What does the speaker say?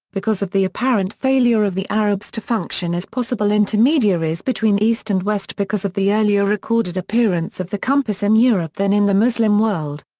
because of the apparent failure of the arabs to function as possible intermediaries between east and west because of the earlier recorded appearance of the compass in europe than in the muslim world.